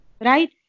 Right